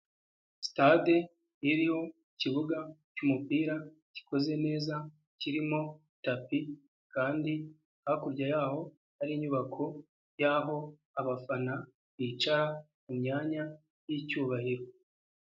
Sitade, iriho, ikibuga cy'umupira, gikoze neza, kirimo tapi, kandi, hakurya yaho, hari inyubako, yaho abafana, bicara, mu myanya, y'icyubahiro.